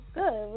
good